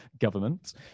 government